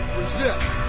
resist